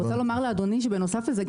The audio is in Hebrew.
בנוסף לזה,